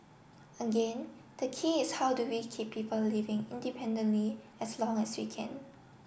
again the key is how do we keep people living independently as long as we can